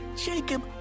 Jacob